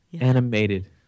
Animated